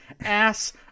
ass